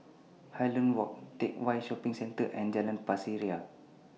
Highland Walk Teck Whye Shopping Centre and Jalan Pasir Ria